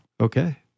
Okay